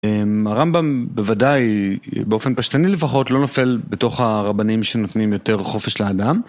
הרמב״ם בוודאי באופן פשטני לפחות לא נופל בתוך הרבנים שנותנים יותר חופש לאדם.